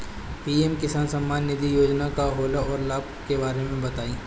PM Kisan Samman Nidhi Yojana का होला औरो लाभ के बारे में बताई?